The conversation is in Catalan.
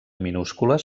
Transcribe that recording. minúscules